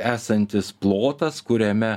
esantis plotas kuriame